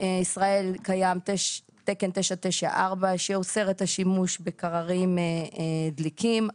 בישראל קיים תקן 994 שאוסר את השימוש בקררים דליקים.